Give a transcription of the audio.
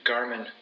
Garmin